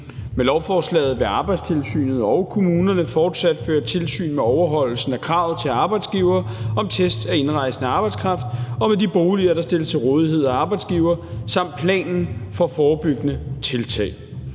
Med lovforslaget vil Arbejdstilsynet og kommunerne fortsat føre tilsyn med overholdelsen af kravet til arbejdsgiver om test af indrejsende arbejdskraft og med de boliger, der stilles til rådighed af arbejdsgiver, samt med planen for forebyggende tiltag.